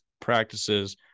practices